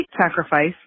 sacrifice